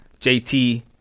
JT